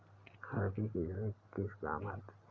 अरबी की जड़ें किस काम आती हैं?